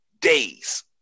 days